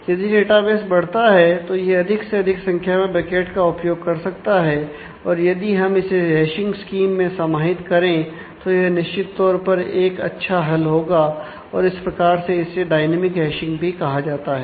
तो static hashing भी कहा जाता है